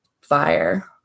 fire